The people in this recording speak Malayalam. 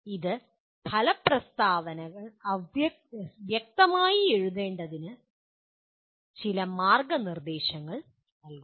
അത് ഫല പ്രസ്താവനകൾ വ്യക്തമായി എഴുതേണ്ടതിന് ഇത് ചില മാർഗ്ഗനിർദ്ദേശങ്ങൾ നൽകുന്നു